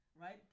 Right